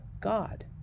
God